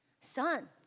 Son